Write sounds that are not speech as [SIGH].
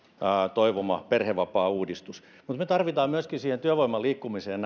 toivoma perhevapaauudistus mutta me tarvitsemme myöskin työvoiman liikkumiseen [UNINTELLIGIBLE]